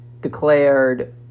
declared